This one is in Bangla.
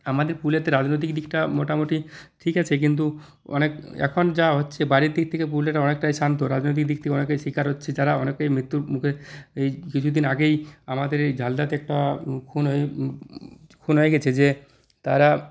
আমাদের পুরুলিয়াতে রাজনৈতিক দিকটা মোটামোটি ঠিক আছে কিন্তু অনেক এখন যা হচ্ছে বাড়ির দিক থেকে পুরুলিয়াটা অনেকটাই শান্ত রাজনৈতিক দিক থেকে অনেকটাই শিকার হচ্ছে যারা অনেকেই মৃত্যুর মুখে এই কিছুদিন আগেই আমাদের এই ঝালদাতে একটা খুন হয়ে খুন হয়ে গেছে যে তারা